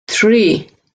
three